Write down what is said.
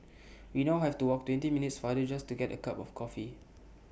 we now have to walk twenty minutes farther just to get A cup of coffee